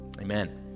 amen